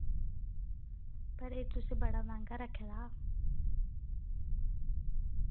पर एह् तुसें बड़ा मैंह्गा रक्खे दा